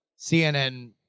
CNN